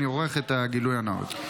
אני עורך את הגילוי הנאות.